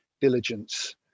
diligence